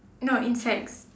no insects